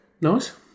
Nice